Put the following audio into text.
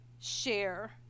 share